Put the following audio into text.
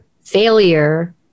failure